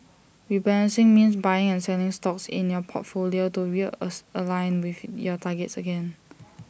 rebalancing means buying and selling stocks in your portfolio to real align with your targets again